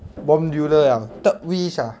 bomb builder liao third wish ah